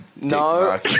No